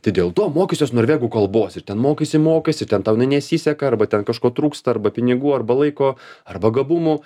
tai dėl to mokysiuos norvegų kalbos ir ten mokaisi mokais ir ten tau jinai nesiseka arba ten kažko trūksta arba pinigų arba laiko arba gabumų